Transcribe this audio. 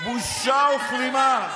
בושה וכלימה.